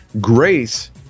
Grace